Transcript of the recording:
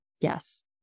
Yes